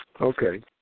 Okay